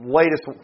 latest